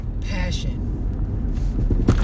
passion